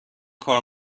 کار